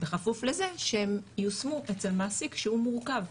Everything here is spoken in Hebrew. בכפוף לזה שהם יושמו אצל מעסיק שהוא מורכב,